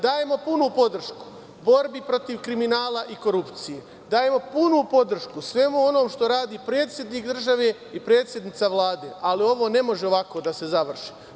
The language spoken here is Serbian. Dajemo punu podršku borbi protiv kriminala i korupcije i svemu onome što radi predsednik države i predsednica Vlade, ali ovo ne može ovako da se završi.